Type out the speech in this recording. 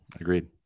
Agreed